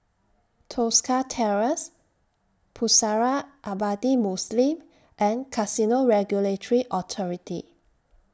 Tosca Terrace Pusara Abadi Muslim and Casino Regulatory Authority